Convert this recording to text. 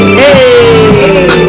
hey